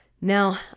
Now